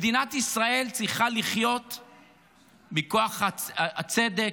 מדינת ישראל צריכה לחיות מכוח הצדק,